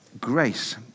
Grace